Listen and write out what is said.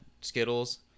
Skittles